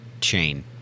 chain